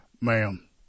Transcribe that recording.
Ma'am